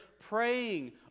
praying